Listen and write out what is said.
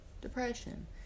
depression